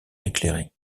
éclairé